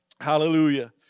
Hallelujah